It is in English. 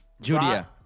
Julia